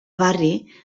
barri